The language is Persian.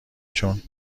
چون